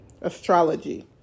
astrology